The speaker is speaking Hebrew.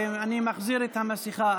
ואני מחזיר את המסכה.